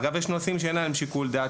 אגב יש נושאים שאין להם שיקול דעת,